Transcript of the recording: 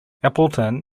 appleton